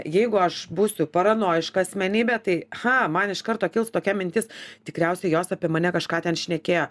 jeigu aš būsiu paranojiška asmenybė tai ha man iš karto kils tokia mintis tikriausiai jos apie mane kažką ten šnekėjo